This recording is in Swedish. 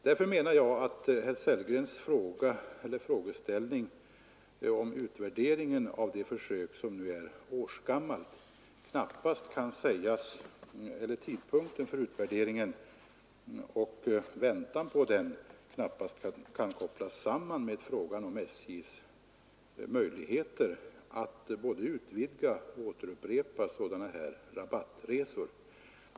Därför menar jag att herr Sellgrens frågeställning om tidpunkten för utvärderingen av de nu årsgamla försöken knappast kan kopplas samman med frågan om SJ:s möjligheter att utvidga eller upprepa sådana här rabattresor.